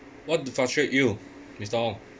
what frustrate you mister ong